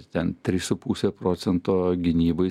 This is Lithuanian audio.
ten trys su puse procento gynybai